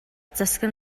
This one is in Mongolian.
засаг